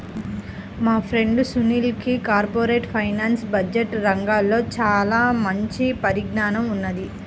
మా ఫ్రెండు సునీల్కి corporate finance, budget రంగాల్లో చానా మంచి పరిజ్ఞానం ఉన్నది